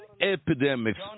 epidemics